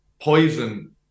poison